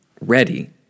ready